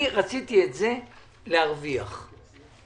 אני רציתי להרוויח את זה,